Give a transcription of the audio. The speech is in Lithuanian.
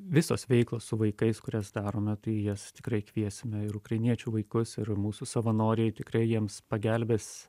visos veiklos su vaikais kurias darome tai į jas tikrai kviesime ir ukrainiečių vaikus ir mūsų savanoriai tikrai jiems pagelbės